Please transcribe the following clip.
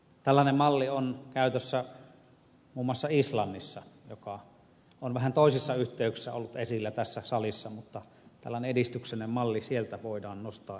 tällainen malli on käytössä muun muassa islannissa joka on vähän toisissa yhteyksissä ollut esillä tässä salissa mutta tällainen edistyksellinen malli sieltä voidaan nostaa esille